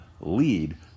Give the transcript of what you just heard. lead